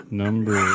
number